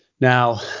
Now